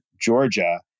Georgia